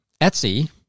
etsy